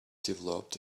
developed